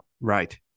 Right